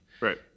Right